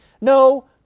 No